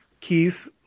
Keith